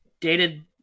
dated